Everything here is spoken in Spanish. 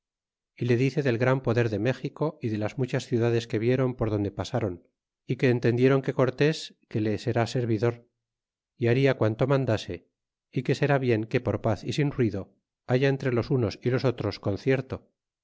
y le dice del gran poder de méxico y de las muchas ciudades que viéron por donde pasaron é que en tendiéron que cortes que le será servidor é baria planto mandase é que sera bien que por paz y sin ruido haya entre los unos y los otros concierto